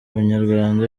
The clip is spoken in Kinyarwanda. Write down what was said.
umunyarwanda